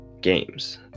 games